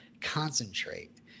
concentrate